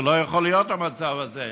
לא יכול להיות המצב הזה.